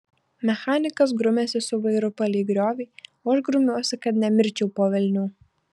mechanikas grumiasi su vairu palei griovį o aš grumiuosi kad nemirčiau po velnių